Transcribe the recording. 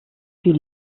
viel